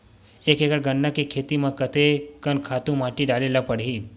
एक एकड़ गन्ना के खेती म कते कन खातु माटी डाले ल पड़ही?